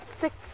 Six